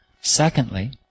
Secondly